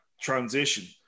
transition